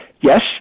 yes